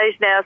now